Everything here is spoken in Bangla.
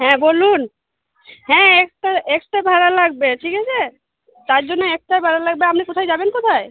হ্যাঁ বলুন হ্যাঁ এক্সট্রা এক্সট্রা ভাড়া লাগবে ঠিক আছে তার জন্যে এক্সট্রা ভাড়া লাগবে আপনি কোথায় যাবেন কোথায়